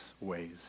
ways